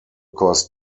cost